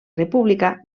república